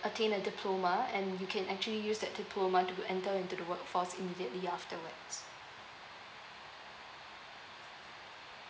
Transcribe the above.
attain a diploma and you can actually use that diploma to enter into the workforce immediately afterwards